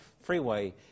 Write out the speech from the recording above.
freeway